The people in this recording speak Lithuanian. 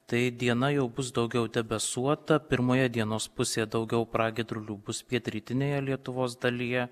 tai diena jau bus daugiau debesuota pirmoje dienos pusėje daugiau pragiedrulių bus pietrytinėje lietuvos dalyje